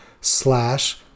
slash